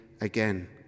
again